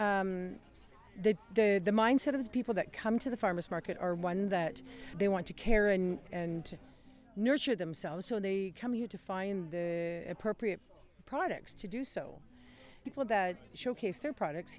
the the mindset of the people that come to the farmer's market are one that they want to care and and nurture themselves so they come here to find the appropriate products to do so people that showcase their products